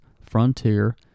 Frontier